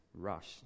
rush